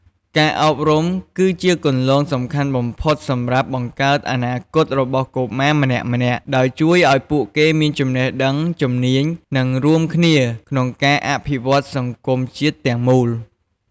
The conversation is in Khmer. ការអប់រំគឺជាគន្លងសំខាន់បំផុតសម្រាប់បង្កើតអនាគតរបស់កុមារម្នាក់ៗ ដោយជួយឱ្យពួកគេមានចំណេះដឹង ជំនាញ និងរួមគ្នាក្នុងការអភិវឌ្ឍន៍សង្គមជាតិទាំងមូល។